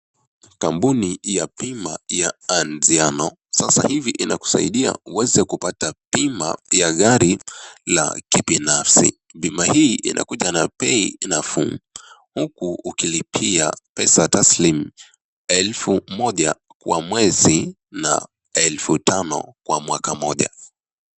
Kampuni ya bima ya Anziano sasa hivi inakusadia uweza kupata bima ya gari la kibinafsi. Bima hii inakuja na bei nafuu, huku ukilipia pesa taslim elfu moja kwa mwezi na elfu tano kwa mwaka moja.